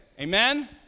Amen